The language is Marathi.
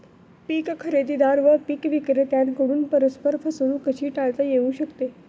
पीक खरेदीदार व पीक विक्रेत्यांकडून परस्पर फसवणूक कशी टाळता येऊ शकते?